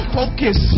focus